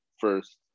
first